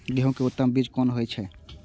गेंहू के उत्तम बीज कोन होय छे?